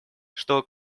что